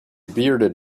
bearded